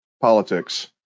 Politics